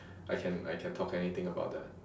I can I can talk anything about the